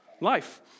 life